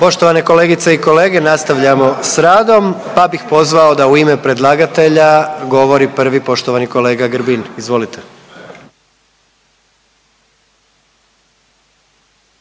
Poštovane kolegice i kolege, nastavljamo s radom, pa bih pozvao da u ime predlagatelja govori prvi poštovani kolega Grbin, izvolite.